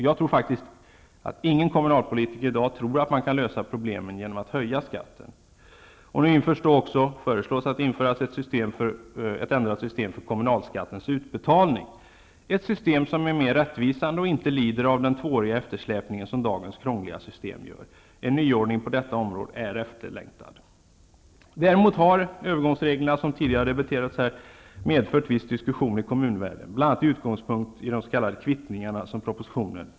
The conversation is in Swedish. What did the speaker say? Jag tror faktiskt att ingen kommunalpolitiker i dag tror att man kan lösa problemen genom att höja skatten. Nu föreslås också att det skall införas ett ändrat system för kommunalskattens utbetalning, ett system som är mer rättvisande och som inte lider av den tvååriga eftersläpning som dagens krångliga system medför. En nyordning på detta område är efterlängtad. Däremot har övergångsreglerna, som tidigare debatterats här, medfört viss diskussion i kommunvärlden, bl.a. med utgångspunkt i de s.k. kvittningar som omnämns i propositionen.